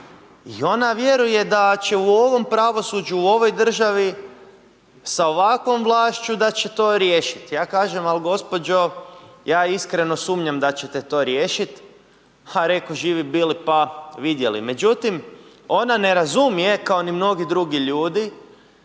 I ona vjeruje da će u ovom pravosuđu, u ovoj državi sa ovakvom vlašću da će to riješiti. Ali ja kažem, ali gospođo ja iskreno sumnjam da ćete to riješiti, ha reko, živi bili pa vidjeli. Međutim, ona ne razumije kao ni mnogi drugi ljudi